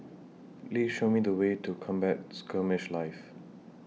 Please Show Me The Way to Combat Skirmish Live